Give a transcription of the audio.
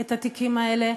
את התיקים האלה,